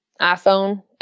iPhone